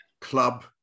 club